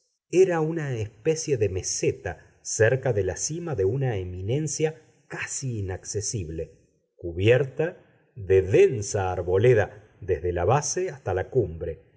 era una especie de meseta cerca de la cima de una eminencia casi inaccesible cubierta de densa arboleda desde la base hasta la cumbre